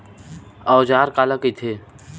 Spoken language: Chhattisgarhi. औजार काला कइथे?